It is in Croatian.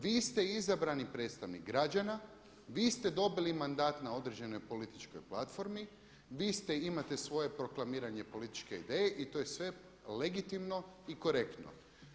Vi ste izabrani predstavnik građana, vi ste dobili mandat na određenoj političkoj platformi, vi imate svoje proklamiranje političke ideje i to je sve legitimno i korektno.